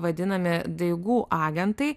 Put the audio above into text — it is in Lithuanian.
vadinami daigų agentai